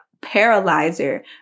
paralyzer